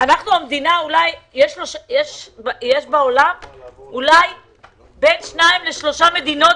יש בעולם בין 2 ל-3 מדינות